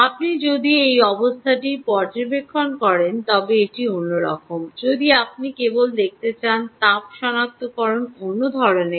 আপনি যদি অবস্থাটি পর্যবেক্ষণ করেন তবে এটি অন্যরকম যদি আপনি কেবল দেখতে চান তাপ সনাক্তকরণ অন্য ধরণের